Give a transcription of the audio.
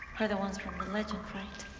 are the ones from the legend, right?